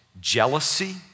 jealousy